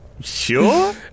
Sure